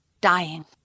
Dying